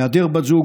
בהיעדר בת זוג,